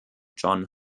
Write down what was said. john